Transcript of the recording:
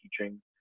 teaching